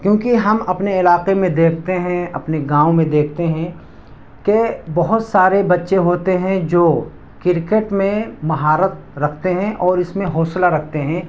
کیونکہ ہم اپنے علاقے میں دیکھتے ہیں اپنے گاؤں میں دیکھتے ہیں کہ بہت سارے بچے ہوتے ہیں جو کرکٹ میں مہارت رکھتے ہیں اور اس میں حوصلہ رکھتے ہیں